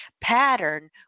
pattern